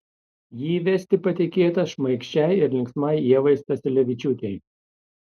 jį vesti patikėta šmaikščiai ir linksmai ievai stasiulevičiūtei